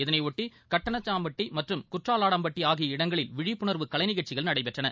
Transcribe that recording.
இதனையொட்டி கட்டணாச்சும்பட்டி மற்றும் குற்றலாடம்பட்டி ஆகிய இடங்களில் விழிப்புணா்வு கலை நிகழ்ச்சிகள் நடைபெற்றன